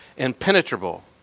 impenetrable